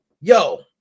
Yo